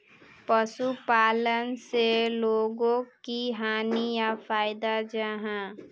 पशुपालन से लोगोक की हानि या फायदा जाहा?